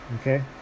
okay